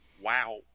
Wow